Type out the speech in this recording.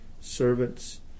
servants